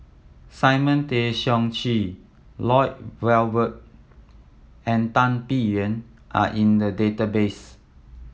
Simon Tay Seong Chee Lloyd Valberg and Tan Biyun are in the database